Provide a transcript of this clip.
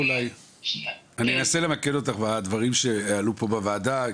אני אנסה למקד אותך בדברים שעלו פה בוועדה.